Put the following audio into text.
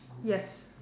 yes